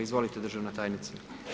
Izvolite državna tajnice.